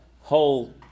whole